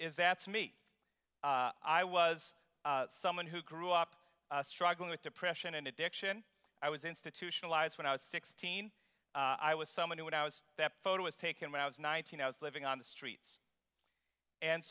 is that's me i was someone who grew up struggling with depression and addiction i was institutionalized when i was sixteen i was so many when i was that photo was taken when i was nineteen i was living on the streets and